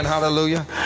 Hallelujah